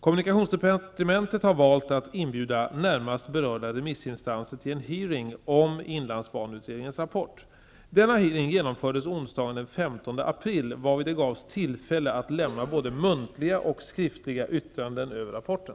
Kommunikationsdepartementet har valt att inbjuda närmast berörda remissinstanser till en hearing om inlandsbaneutredningens rapport. Denna hearing genomfördes onsdagen den 15 april varvid det gavs tillfälle att lämna både muntliga och skriftliga yttranden över rapporten.